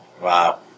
Wow